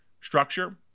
structure